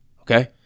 okay